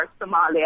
Somalia